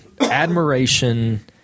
admiration